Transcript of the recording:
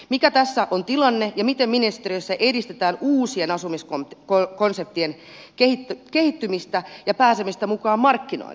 mikä tässä on tilanne ja miten ministeriössä edistetään uusien asumiskonseptien kehittymistä ja pääsemistä mukaan markkinoille